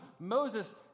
Moses